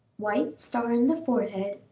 white star in the forehead,